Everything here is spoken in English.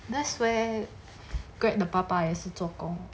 that's where greg 的爸爸也是做工